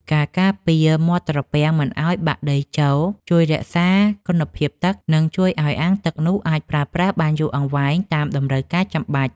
ការការពារមាត់ត្រពាំងមិនឱ្យបាក់ដីចូលជួយរក្សាគុណភាពទឹក និងជួយឱ្យអាងទឹកនោះអាចប្រើប្រាស់បានយូរអង្វែងតាមតម្រូវការចាំបាច់។